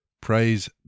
Praise